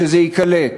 שזה ייקלט.